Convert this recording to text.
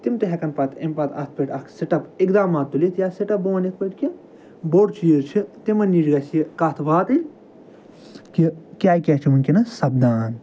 تِم تہِ ہٮ۪کَن پتہٕ اَمہِ پَتہٕ اَتھ پٮ۪ٹھ اَکھ سٕٹٮ۪پ اِقدامات تُلِتھ یا سٕٹٮ۪پ بہٕ وَنہٕ یِتھ پٲٹھۍ کہِ بوٚڈ چیٖز چھِ تِمَن نِش گژھِ یہِ کَتھ واتٕنۍ کہِ کیٛاہ کیٛاہ چھِ وٕنۍکٮ۪نَس سَپدان